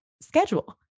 schedule